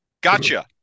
gotcha